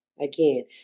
Again